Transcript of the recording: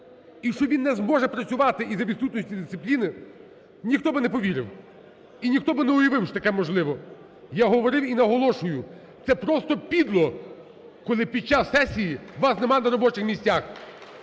і що він не зможе працювати із-за відсутності дисципліни, ніхто би не повірив, і ніхто би не уявив, що таке можливо. Я говорив і наголошую: це просто підло, коли під час сесії вас немає на робочих місцях!